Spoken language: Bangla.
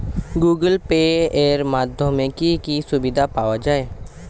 গুগোল পে এর মাধ্যমে কি কি সুবিধা পাওয়া যায়?